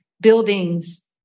buildings